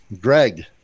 Greg